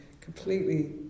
completely